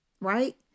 Right